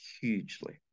hugely